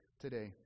today